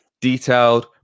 detailed